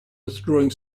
withdrawing